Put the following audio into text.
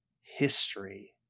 history